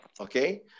Okay